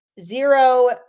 zero